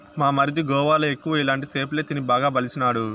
మా మరిది గోవాల ఎక్కువ ఇలాంటి సేపలే తిని బాగా బలిసినాడు